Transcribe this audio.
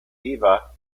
diva